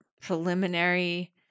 preliminary